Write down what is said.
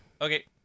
Okay